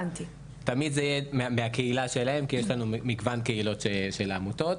תמיד היא תהיה מהקהילה שלהם כי יש לנו מגוון קהילות של העמותות,